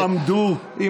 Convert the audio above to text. לא עמדו ככה.